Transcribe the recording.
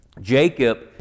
Jacob